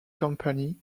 company